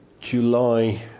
July